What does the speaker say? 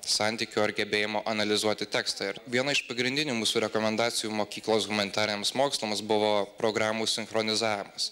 santykio ar gebėjimo analizuoti tekstą ir viena iš pagrindinių mūsų rekomendacijų mokyklos humanitariniams mokslams buvo programų sinchronizavimas